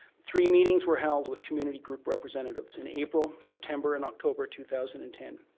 three meetings were held with community group representatives in april, september and october two thousand and ten.